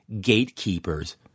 gatekeepers